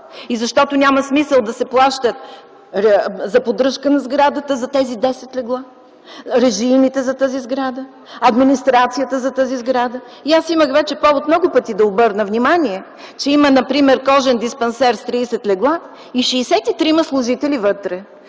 и защото няма смисъл да се плаща за поддръжка на сградата за тези десет легла, режийните за тази сграда, администрацията за тази сграда. И аз имах вече повод много пъти да обърна внимание, че има, например, кожен диспансер с 30 легла и 63 служители вътре.